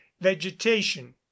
vegetation